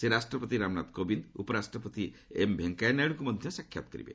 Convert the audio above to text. ସେ ରାଷ୍ଟ୍ରପତି ରାମନାଥ କୋବିନ୍ଦ ଉପରାଷ୍ଟ୍ରପତି ଏମ୍ ଭେଙ୍କୟାନାଇଡୁଙ୍କୁ ମଧ୍ୟ ସାକ୍ଷାତ କରିବେ